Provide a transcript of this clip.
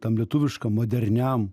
tam lietuviškam moderniam